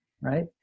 right